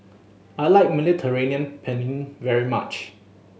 I like Mediterranean Penne very much